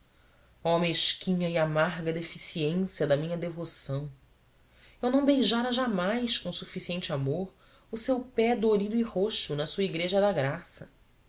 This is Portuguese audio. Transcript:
oh mesquinha e amarga deficiência da minha devoção eu não beijara jamais com suficiente amor o seu pé dorido e roxo na sua igreja da graça